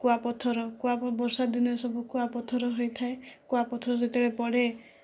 କୂଆପଥର ବର୍ଷା ଦିନେ ସବୁ କୂଆପଥର ହୋଇଥାଏ କୂଆପଥର ଯେତେବେଳେ ପଡ଼େ